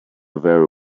very